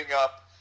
up